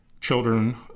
children